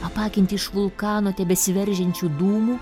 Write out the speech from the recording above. apakinti iš vulkano tebesiveržiančių dūmų